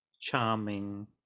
charming